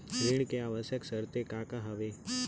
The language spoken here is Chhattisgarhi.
ऋण के आवश्यक शर्तें का का हवे?